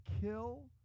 kill